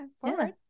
forward